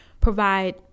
provide